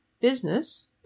Business